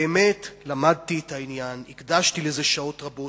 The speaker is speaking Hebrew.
באמת למדתי את העניין, הקדשתי לזה שעות רבות.